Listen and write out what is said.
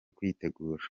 kwitegura